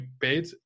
paid